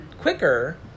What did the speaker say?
quicker